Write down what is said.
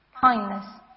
kindness